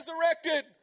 Resurrected